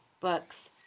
books